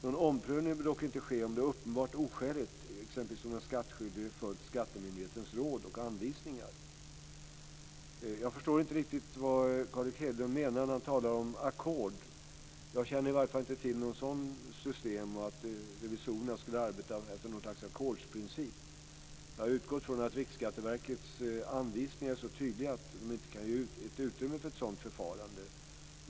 Någon omprövning bör dock inte ske om det är uppenbart oskäligt, exempelvis om den skattskyldige har följt skattemyndighetens råd och anvisningar. Jag förstår inte riktigt vad Carl Erik Hedlund menar när han talar om ackord. Jag känner i varje fall inte till något sådant system eller att revisorerna skulle arbeta efter någon slags ackordsprincip. Jag utgår från att Riksskatteverkets anvisningar är så tydliga att de inte kan ge utrymme för ett sådant förfarande.